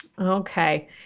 Okay